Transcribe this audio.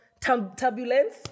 turbulence